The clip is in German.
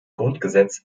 grundgesetz